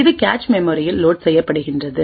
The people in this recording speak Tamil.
இது கேச் மெமரியில் லோட் செய்யப்படுகின்றது